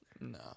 No